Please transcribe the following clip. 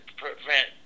prevent